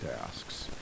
tasks